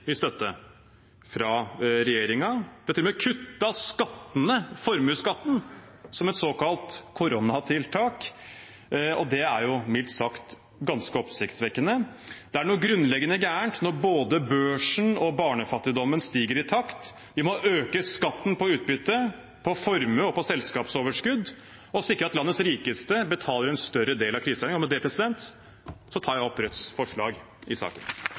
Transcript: fra regjeringen. Den har til og med kuttet skattene, formuesskatten, som et såkalt koronatiltak, og det er mildt sagt ganske oppsiktsvekkende. Det er noe grunnleggende gærent når både børsen og barnefattigdommen stiger i takt. Vi må øke skatten på utbytte, på formue og på selskapsoverskudd og sikre at landets rikeste betaler en større del av kriseregningen. Med det tar jeg opp Rødts forslag i saken.